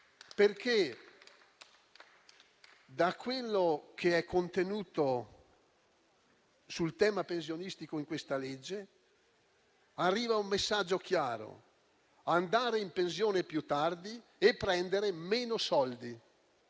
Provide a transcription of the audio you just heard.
Da quello che è contenuto sul tema pensionistico in questa legge arriva un messaggio chiaro: andare in pensione più tardi e prendere meno soldi.